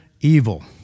evil